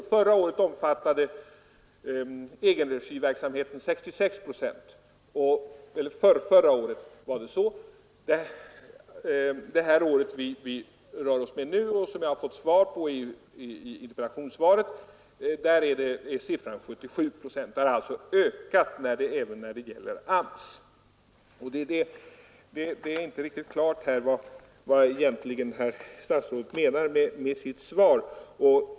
Förrförra året omfattade egenregiverksamheten 66 procent, för det år vi rör oss med nu, som min interpellation gällde, är siffran 77 procent. Den har ökat även när det gäller AMS. Det är inte riktigt klart vad statsrådet egentligen menar med sitt svar.